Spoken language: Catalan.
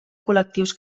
col·lectius